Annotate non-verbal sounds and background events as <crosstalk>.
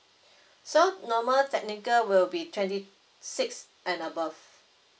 <breath> so normal technical will be twenty six and above